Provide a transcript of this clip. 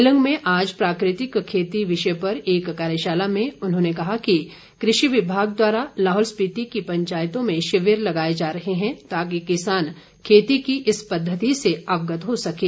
केलंग में आज प्राकृतिक खेती विषय पर एक कार्यशाला में उन्होंने कहा कि कृषि विभाग द्वारा लाहौल स्पीति की पंचायतों में शिविर लगाए जा रहे हैं ताकि किसान खेती की इस पद्धति से अवगत हो सकें